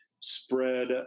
spread